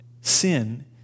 sin